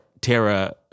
Tara